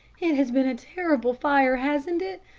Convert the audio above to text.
it has been a terrible fire, hasn't it?